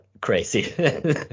crazy